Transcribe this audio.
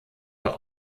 bei